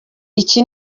iki